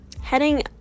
Heading